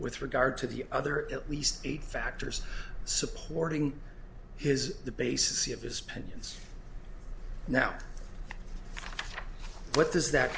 with regard to the other at least eight factors supporting is the basis of his pinions now what does that